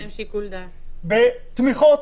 בתמיכות.